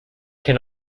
can